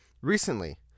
Recently